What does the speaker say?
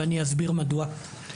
ואני אסביר מדוע.